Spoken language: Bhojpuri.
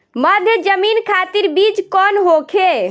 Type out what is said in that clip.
मध्य जमीन खातिर बीज कौन होखे?